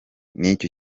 n’icyo